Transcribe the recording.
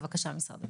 בבקשה, משרד הבריאות.